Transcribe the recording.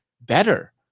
better